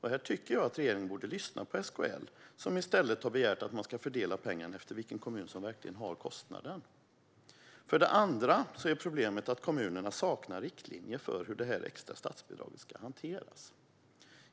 Här tycker jag att regeringen borde lyssna på SKL, som i stället har begärt att man ska fördela pengarna efter vilken kommun som verkligen har kostnaden. Den andra frågan gäller att kommunerna saknar riktlinjer för hur detta extra statsbidrag ska hanteras.